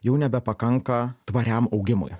jau nebepakanka tvariam augimui